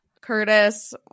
Curtis